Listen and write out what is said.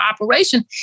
operation